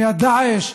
מדאעש,